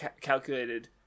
calculated